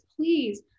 please